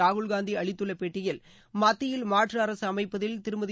ராகுல் காந்தி அளித்துள்ள பேட்டியில் மத்தியில் மாற்று அரசு அமைப்பதில் திருமதி